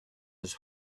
his